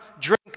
drink